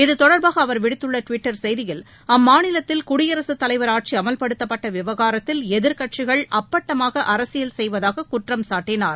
இது தொடர்பாக அவர் விடுத்துள்ள ட்விட்டர் செய்தியில் அம்மாநிலத்தில் குடியரசுத் தலைவர் ஆட்சி அமல்படுத்தப்பட்ட விவகாரத்தில் எதிர்க்கட்சிகள் அப்பட்டமாக அரசியல் செய்வதாக குற்றம் சாட்டினார்